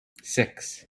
six